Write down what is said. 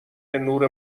نور